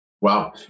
Wow